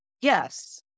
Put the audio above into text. Yes